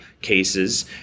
cases